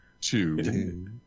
two